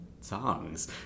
songs